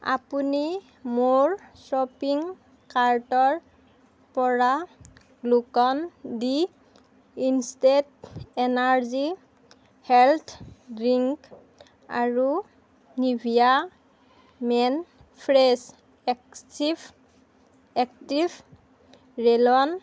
আপুনি মোৰ শ্বপিং কাৰ্টৰপৰা Glucon D instant energy health drink আৰু Nivea men fresh active active roll on